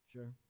Sure